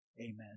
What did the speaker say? Amen